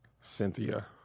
Cynthia